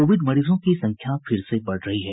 Covid मरीजों की संख्या फिर से बढ़ रही है